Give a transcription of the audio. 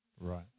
Right